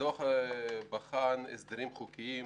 הדוח בחן הסדרים חוקיים,